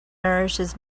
nourishes